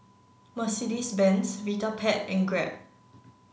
Mercedes Benz Vitapet and Grab